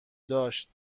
داشت